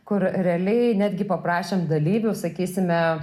kur realiai netgi paprašėm dalyvių sakysime